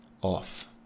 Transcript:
off